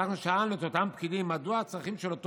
ואנחנו שאלנו את אותם פקידים: מדוע הצרכים של אותו